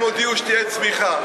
הם הודיעו שתהיה צמיחה.